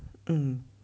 mm